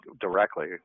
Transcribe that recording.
directly